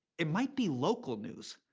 it might be local news.